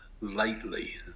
lightly